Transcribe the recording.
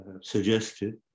suggested